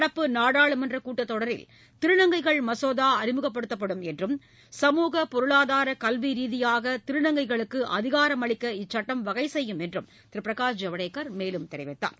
நடப்பு நாடாளுமன்றக் கூட்டத்தொடரில் திருநங்கைகள் மசோதாஅறிமுகப்படுத்தப்படும் என்றும் சமூகப் பொருளாதார கல்விரீதியாகதிருநங்கைகளுக்குஅதிகாரமளிக்க இச்சட்டம் வகைசெய்யும் என்றும் திருபிரகாஷ் ஜவ்டேகர் மேலும் கூறினார்